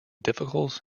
difficult